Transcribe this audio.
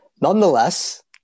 nonetheless